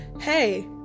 Hey